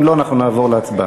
אם לא, אנחנו נעבור להצבעה.